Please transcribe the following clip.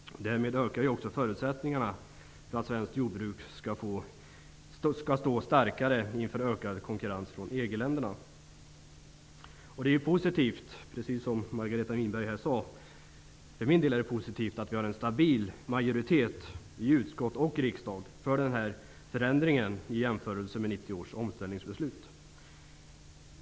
Därmed ökar också förutsättningarna för att svenskt jordbruk skall stå starkare inför ökad konkurrens från EG-länderna. Det är för min del positivt att det finns en stabil majoritet i utskott och riksdag för denna förändring, vilket Margareta Winberg här nämnde, i jämförelse med 1990 års omställningsbeslut.